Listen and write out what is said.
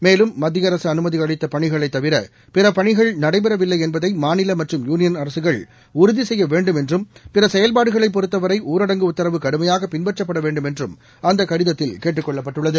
மேலும் மத்திய அரசு அனுமதி அளித்த பணிகளைத் தவிர பிற பணிகள் நடைபெறவில்லை என்பதை மாநில மற்றும்யூனியன் அரசுகள் உறுதி செய்ய வேண்டும் என்றும் பிற செயல்பாடுகளைப் பொறுத்தவரை ஊரடங்கு உத்தரவு கடுமையாகப் பின்பற்றப்பட வேண்டும் என்றும் அந்த கடிதத்தில் கேட்டுக் கொள்ளப்பட்டுள்ளது